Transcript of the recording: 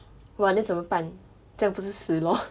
!wah! then 怎么办这样不是死 lor